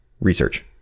research